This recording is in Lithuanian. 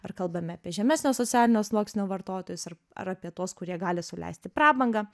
ar kalbame apie žemesnio socialinio sluoksnio vartotojus ar ar apie tuos kurie gali sau leisti prabangą